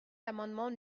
l’amendement